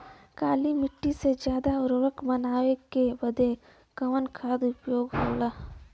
काली माटी के ज्यादा उर्वरक बनावे के बदे कवन खाद उपयोगी होला?